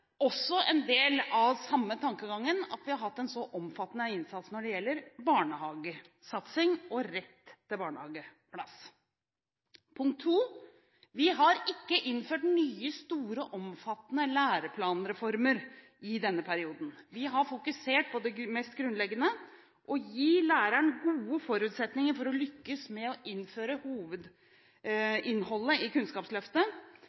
også en del av samme tankegangen at vi har hatt en så omfattende innsats når det gjelder barnehagesatsing og rett til barnehageplass. For det andre har vi ikke innført nye, store, omfattende læreplanreformer i denne perioden. Vi har fokusert på det mest grunnleggende: å gi læreren gode forutsetninger for å lykkes med å innføre